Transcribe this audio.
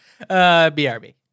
BRB